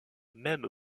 même